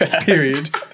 Period